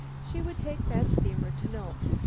she would take that steamer to nome.